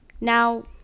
Now